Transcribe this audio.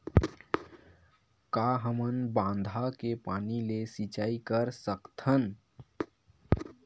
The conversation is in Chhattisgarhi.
का हमन बांधा के पानी ले सिंचाई कर सकथन?